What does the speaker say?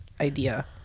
idea